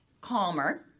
calmer